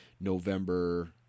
November